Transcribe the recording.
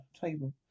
table